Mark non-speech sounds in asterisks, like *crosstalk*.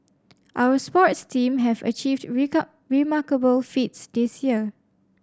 our sports team have achieved *unintelligible* remarkable feats this year